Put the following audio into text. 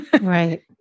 right